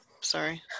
sorry